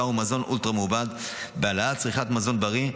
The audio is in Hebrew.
ומזון אולטרה מעובד ובהעלאת צריכת מזון בריא.